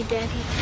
Daddy